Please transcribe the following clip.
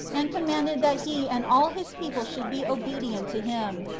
and commanded that he and all his people should be obedient to him,